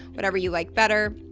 whatever you like better.